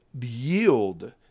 yield